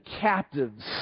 captives